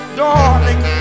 darling